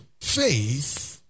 Faith